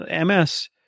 MS